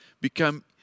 become